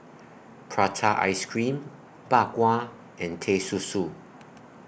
Prata Ice Cream Bak Kwa and Teh Susu